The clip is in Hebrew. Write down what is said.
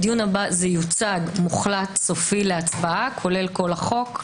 בדיון הבא זה יוצג מוחלט להצבעה כולל כל החוק,